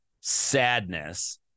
sadness